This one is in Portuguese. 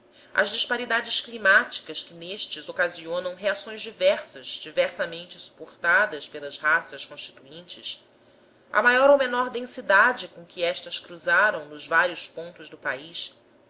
as disparidades climáticas que nestes ocasionam reações diversas diversamente suportadas pelas raças constituintes a maior ou menor densidade com que estas cruzaram nos vários pontos do país